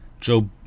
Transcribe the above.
Joe